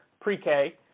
pre-K